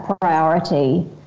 priority